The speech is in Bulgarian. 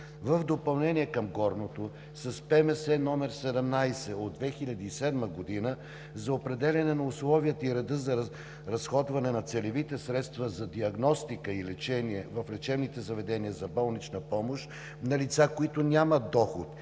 В допълнение към горното – с ПМС № 17 от 2007 г. за определяне на условията и реда за разходване на целевите средства за диагностика и лечение в лечебните заведения за болнична помощ на лица, които нямат доход